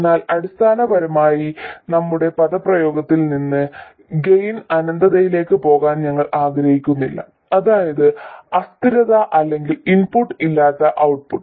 എന്നാൽ അടിസ്ഥാനപരമായി നമ്മുടെ പദപ്രയോഗത്തിൽ നിന്ന് ഗെയിൻ അനന്തതയിലേക്ക് പോകാൻ ഞങ്ങൾ ആഗ്രഹിക്കുന്നില്ല അതായത് അസ്ഥിരത അല്ലെങ്കിൽ ഇൻപുട്ട് ഇല്ലാതെ ഔട്ട്പുട്ട്